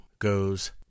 goes